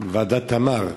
תמר,